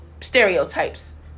stereotypes